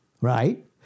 right